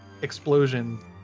explosion